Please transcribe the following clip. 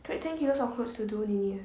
drag ten kilos of clothes to duo liney eh